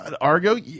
Argo